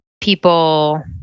people